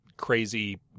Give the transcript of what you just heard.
crazy